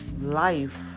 life